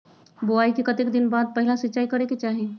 बोआई के कतेक दिन बाद पहिला सिंचाई करे के चाही?